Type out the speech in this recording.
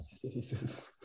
Jesus